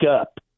up